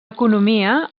economia